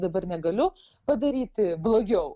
dabar negaliu padaryti blogiau